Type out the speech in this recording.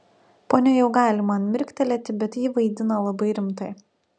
ponia jau gali man mirktelėti bet ji vaidina labai rimtai